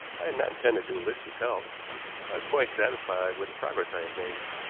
i had not intended to enlist his help. i was quite satisfied with the progress i had made,